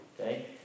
Okay